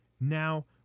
Now